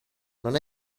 non